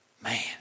man